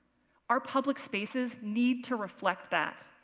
our public spaces need to reflect that.